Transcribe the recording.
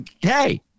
hey